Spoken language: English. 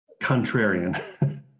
contrarian